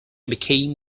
became